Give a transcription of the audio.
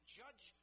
judge